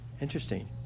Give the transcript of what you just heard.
Interesting